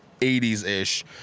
80s-ish